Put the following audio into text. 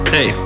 Hey